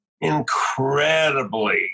incredibly